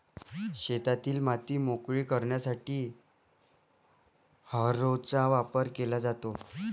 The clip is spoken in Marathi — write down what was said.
शेतातील माती मोकळी करण्यासाठी हॅरोचा वापर केला जातो